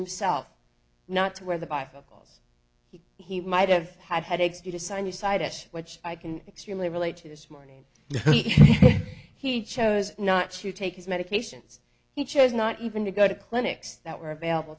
of self not to wear the bifocals he he might have had headaches due to sinusitis which i can extremely relate to this morning he chose not to take his medications he chose not even to go to clinics that were available